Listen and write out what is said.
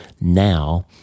now